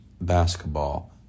basketball